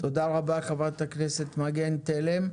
תודה רבה, חברת הכנסת מגן תלם.